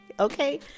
Okay